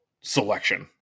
selection